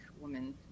woman